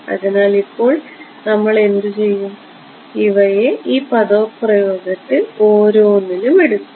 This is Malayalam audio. അതിനാൽ ഇപ്പോൾ നമ്മൾ എന്തുചെയ്യും ഇവയെ ഈ പദപ്രയോഗത്തിൽ ഓരോന്നിലും എടുക്കും